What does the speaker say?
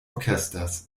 orchesters